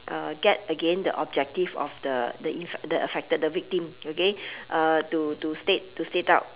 uh get again the objective of the the in affected victim the victim okay uh to to state to state out